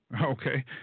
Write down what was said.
Okay